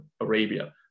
Arabia